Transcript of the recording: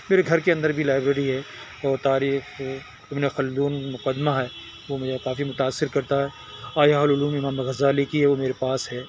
میرے گھر کے اندر بھی لائبریری ہے اور تاریخ ابن خلدون مقدمہ ہے وہ مجھے کافی متاثر کرتا ہے اور یہ علوم امام غزالی کی وہ میرے پاس ہے